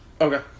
Okay